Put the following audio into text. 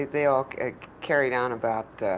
they all carried on about